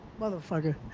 motherfucker